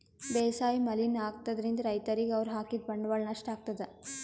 ಬೇಸಾಯ್ ಮಲಿನ್ ಆಗ್ತದ್ರಿನ್ದ್ ರೈತರಿಗ್ ಅವ್ರ್ ಹಾಕಿದ್ ಬಂಡವಾಳ್ ನಷ್ಟ್ ಆಗ್ತದಾ